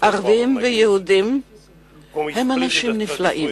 ערבים ויהודים הם אנשים נפלאים.